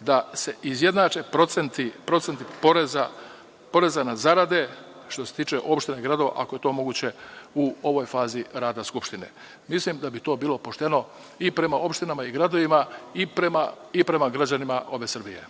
da se izjednače procenti poreza na zarade, što se tiče opština i gradova, ako je to moguće, u ovoj fazi rada Skupštine. Mislim da bi to bilo pošteno i prema opštinama i gradovima i prema građanima Srbije.